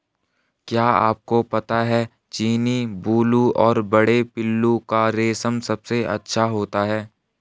क्या आपको पता है चीनी, बूलू और बड़े पिल्लू का रेशम सबसे अच्छा होता है?